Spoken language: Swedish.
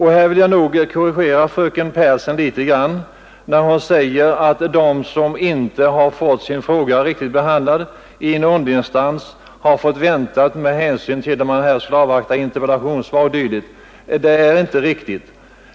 Här vill jag korrigera fröken Pehrsson när hon säger att de som inte har fått sin fråga riktigt behandlad i en underinstans har fått vänta i avvaktan på interpellationssvar o.d. här i riksdagen. Det är inte riktigt.